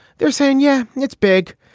they're saying, yeah, it's big,